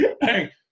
Hey